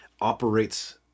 operates